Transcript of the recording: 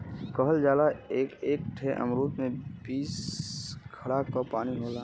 कहल जाला एक एक ठे अमरूद में बीस घड़ा क पानी होला